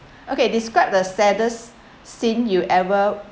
okay describe the saddest scene you ever